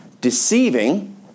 Deceiving